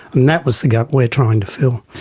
and that was the gap we are trying to fill.